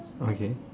okay